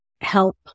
help